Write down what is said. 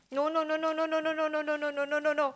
no no no no no no no no no no no no